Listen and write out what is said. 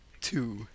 two